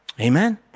Amen